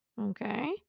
Okay